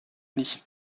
nicht